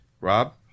rob